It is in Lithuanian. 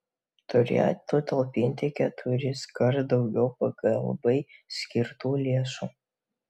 turėtų talpinti keturiskart daugiau pagalbai skirtų lėšų